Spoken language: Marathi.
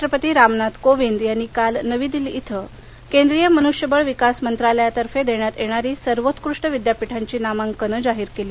राष्ट्रपती रामनाथ कोविंद यांनी काल नवी दिल्ली इथं केंद्रीय मनुष्यबळ विकास मंत्रालयातर्फे देण्यात येणारी सर्वोत्कृष्ट विद्यापीठांची नामांकने जाहीर केली